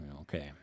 okay